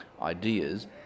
ideas